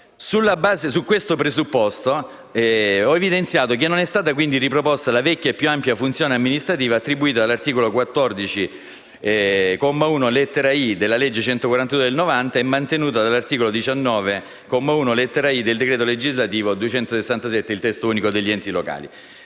di questo presupposto ho evidenziato che non è stata quindi riproposta la vecchia e più ampia funzione amministrativa, attribuita dall'articolo 14, comma 1, lettera *i),* della legge n. 142 del 1990 e mantenuta dall'articolo 19, comma 1, lettera *i),* del decreto legislativo n. 267 del 2000, il testo unico degli enti locali.